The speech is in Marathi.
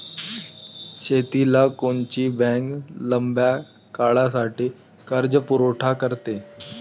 शेतीले कोनची बँक लंब्या काळासाठी कर्जपुरवठा करते?